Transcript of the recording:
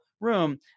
room